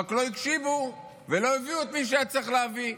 רק לא הקשיבו ולא הביאו את מי שהיה צריך להביא.